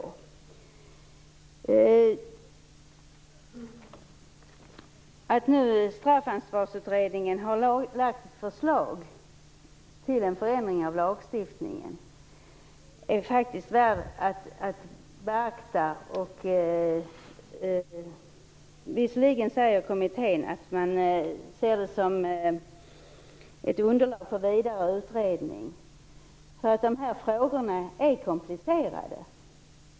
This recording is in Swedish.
Att nu Straffansvarsutredningen har lagt ett förslag om en förändring av lagstiftningen är värt att beakta. Visserligen säger utredningen att man ser det som ett underlag för vidare utredning. De här frågorna är komplicerade.